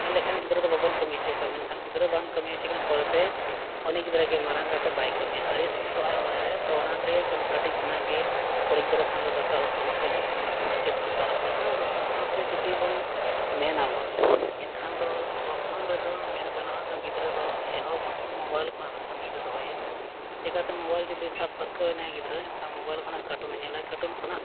ᱢᱮᱱ ᱞᱮᱠᱷᱟᱱ ᱜᱤᱫᱽᱨᱟᱹ ᱫᱚ ᱵᱟᱵᱚᱱ ᱠᱟᱹᱢᱤ ᱦᱚᱪᱚ ᱠᱚᱣᱟ ᱢᱮᱱᱠᱷᱟᱱ ᱜᱤᱫᱽᱨᱟᱹ ᱵᱟᱢ ᱠᱟᱹᱢᱤ ᱦᱚᱪᱚᱭᱮ ᱠᱷᱟᱱ ᱯᱚᱨᱮᱛᱮ ᱩᱱᱤ ᱜᱤᱫᱽᱨᱟᱹᱜᱮ ᱢᱟᱨᱟᱝ ᱠᱟᱛᱮᱫ ᱵᱟᱭ ᱠᱟᱹᱢᱤᱭᱟ ᱟᱹᱲᱤᱥᱚᱜᱼᱟᱭ ᱢᱚᱱᱮᱨᱮ ᱛᱚ ᱚᱱᱟᱛᱮ ᱠᱟᱹᱴᱤᱡ ᱠᱷᱚᱱᱟᱜ ᱜᱮ ᱠᱩᱲᱤ ᱜᱤᱫᱽᱨᱟᱹ ᱠᱷᱟᱱ ᱫᱚ ᱫᱟᱠᱟ ᱩᱛᱩ ᱦᱚᱸ ᱠᱟᱹᱡ ᱤᱥᱤᱱ ᱵᱟᱥᱟᱝ ᱦᱚᱸ ᱪᱮᱫ ᱫᱚᱨᱠᱟᱨᱚᱜ ᱠᱟᱱᱟ ᱚᱱᱟ ᱥᱟᱶ ᱥᱟᱶᱛᱮ ᱡᱩᱫᱤ ᱵᱚᱱ ᱢᱮᱱ ᱟᱵᱚᱱ ᱮᱱᱠᱷᱟᱱ ᱫᱚ ᱯᱨᱚᱛᱷᱚᱢ ᱨᱮᱫᱚ ᱢᱮᱱ ᱜᱟᱱᱚᱜᱼᱟ ᱜᱤᱫᱽᱨᱟᱹ ᱫᱚ ᱮᱦᱚᱵ ᱢᱳᱵᱟᱭᱤᱞ ᱠᱷᱚᱱᱟᱜ ᱫᱚ ᱥᱟᱹᱜᱤᱧ ᱨᱮ ᱫᱚᱦᱚᱭᱮᱢ ᱪᱮᱠᱟᱛᱮ ᱢᱳᱵᱟᱭᱤᱞ ᱡᱩᱫᱤ ᱥᱟᱵ ᱯᱟᱹᱨᱠᱟᱹᱣᱮᱱᱟᱭ ᱜᱤᱫᱽᱨᱟᱹ ᱮᱱᱠᱷᱟᱱ ᱢᱳᱵᱟᱭᱤᱞ ᱠᱷᱚᱱᱟᱜ ᱠᱟᱨᱴᱩᱱᱮ ᱧᱮᱞᱟᱭ ᱠᱟᱨᱴᱩᱱ ᱠᱷᱚᱱᱟᱜ